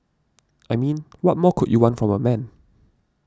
I mean what more could you want from a man